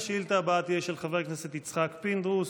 השאילתה הבאה תהיה של חבר הכנסת יצחק פינדרוס,